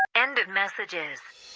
end of messages